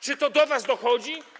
Czy to do was dochodzi?